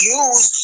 use